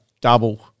double